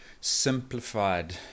simplified